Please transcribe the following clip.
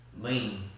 Lean